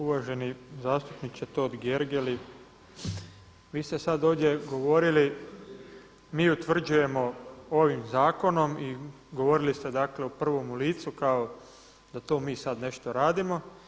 Uvaženi zastupniče Totgergeli vi ste sad ovdje govorili mi utvrđujemo ovim zakonom i govorili ste dakle u prvom licu kao da mi to sad nešto radimo.